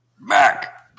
Mac